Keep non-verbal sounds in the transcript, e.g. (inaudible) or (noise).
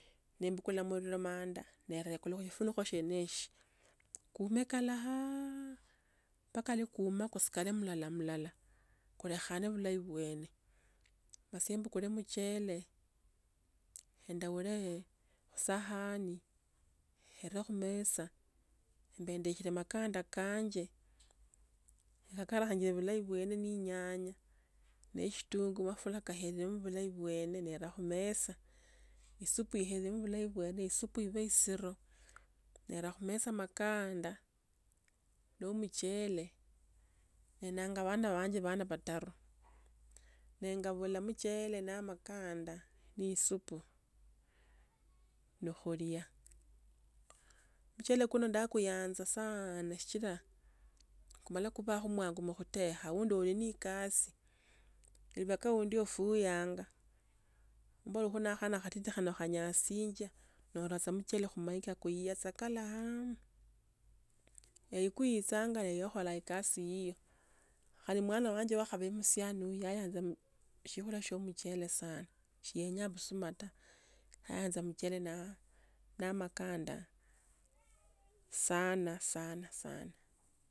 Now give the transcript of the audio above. Nembukula mulilo manda, nera (unintelligible) mwiikuloi mwa shifuniko syeneesyo. Kuome khala haaaa mpaka likhuma koskhare mulala mulala khorehane phulai mwene, masimbukure muchele, enda khorehe esahani khera khumesa ,nendeshile makanda kanje, khera khahanje bulahi bwene ni nyanya, ne ishitungua phulahi ka here vulayi vwene nera kumeza. Esupu ebe bulahi bwene esupu ipei esiro nera khumesa makanda no mchele, nenanga wana wanje bhanje bataru. Nengaphula mchele na makanda ne isupu, nokhoria. Mchele kuno ndakuyanza saana ne sichila kumala kubakha bwangu mukhuteka, aundu ole ni kasi lubhaka undi ofuyanga, ombora nokha nakhatiti anokhanyasiinje na uraa sa mchele khumaika kuiya sa khalahaa. Ee khuisanga eyo khola ekasi eyo. Khandi mwana wanje musiani yayanza shiphula shi mchele. Sie yenya bhusuma ta. Yayaanza mcheli na na makanda sana sana sana.